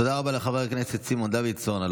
תודה רבה לחבר הכנסת סימון דוידסון על